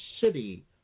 city